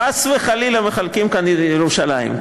חס וחלילה, מחלקים כאן את ירושלים.